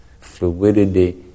fluidity